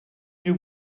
you